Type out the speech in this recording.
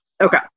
Okay